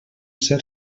ser